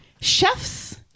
Chefs